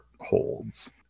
holds